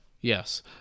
Yes